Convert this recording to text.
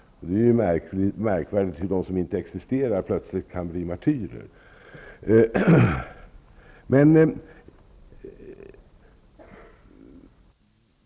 Det är ju märkvärdigt att de som inte existerar plötsligt kan bli martyrer.